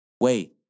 wait